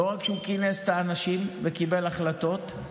לא רק שהוא כינס את האנשים וקיבל החלטות,